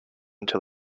until